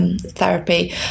therapy